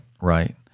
right